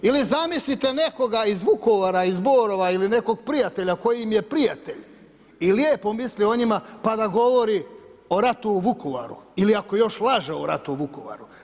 Ili zamislite nekoga iz Vukovara, iz Borova ili nekog prijatelja koji im je prijatelj i lijepo misli o njima pa da govori o ratu u Vukovaru ili ako još laže o ratu u Vukovaru.